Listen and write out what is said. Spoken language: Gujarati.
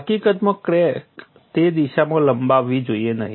હકીકતમાં ક્રેક તે દિશામાં લંબાવવી જોઈએ નહીં